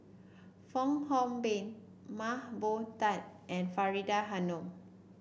Fong Hoe Beng Mah Bow Tan and Faridah Hanum